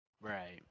Right